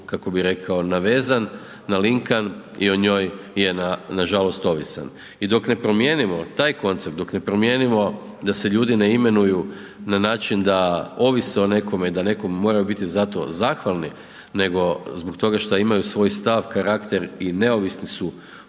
kako bi rekao, navezan, nalinkan i o njoj je nažalost ovisan. I dok ne promijenimo taj koncept, dok ne promijenimo da se ljudi ne imenuju na način da ovise o nekome i da nekome moraju biti za to zahvalni nego zbog toga što imaju svoj stav, karakter i neovisni su od